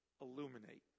illuminate